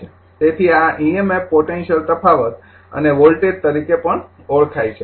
તેથી આ EMF potential તફાવત અને વોલ્ટેજ તરીકે પણ ઓળખાય છે